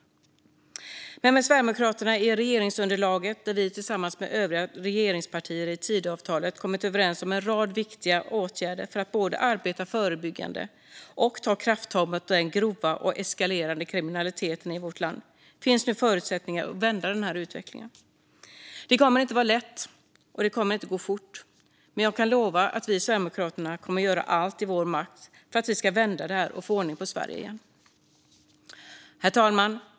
Nu ingår dock Sverigedemokraterna i regeringsunderlaget, och tillsammans med övriga regeringspartier har vi i Tidöavtalet kommit överens om en rad viktiga åtgärder för att både arbeta förebyggande och ta krafttag mot den grova och eskalerande kriminaliteten i vårt land. Därmed finns det nu förutsättningar att vända utvecklingen. Det kommer inte att vara lätt, och det kommer inte att gå fort, men jag kan lova att vi i Sverigedemokraterna kommer att göra allt i vår makt för att vända detta och få ordning på Sverige igen. Herr talman!